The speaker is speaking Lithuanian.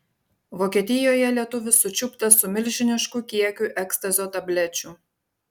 vokietijoje lietuvis sučiuptas su milžinišku kiekiu ekstazio tablečių